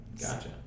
Gotcha